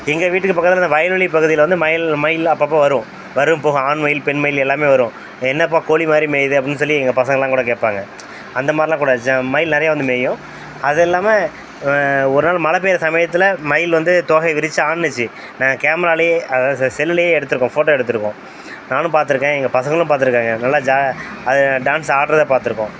எங்கள் வீட்டுக்கு பக்கத்தில் இந்த வயல்வெளி பகுதியில் வந்து மயில் மயிலெல்லாம் அப்பப்போ வரும் வரும் போகும் ஆண் மயில் பெண் மயில் எல்லாமே வரும் என்ன இப்போ கோழி மாதிரி மேயுது அப்படின்னு சொல்லி எங்கள் பசங்களெலாம் கூட கேட்பாங்க அந்த மாதிரிலாம் கூட ஆச்சு மயில் நிறையா வந்து மேயும் அதுல்லாமல் ஒரு நாள் மழை பேய்ற சமயத்தில் மயில் வந்து தோகையை விரிச்சு ஆடினுச்சி நாங்கள் கேமராவிலேயே ச செல்லுலேயே எடுத்திருக்கோம் ஃபோட்டோ எடுத்திருக்கோம் நானும் பார்த்துருக்கேன் எங்கள் பசங்களும் பார்த்துருக்காங்க நல்லா ஜா அது டேன்ஸ் ஆடுறத பார்த்துருக்கோம்